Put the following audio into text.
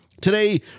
today